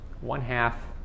one-half